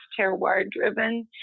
terroir-driven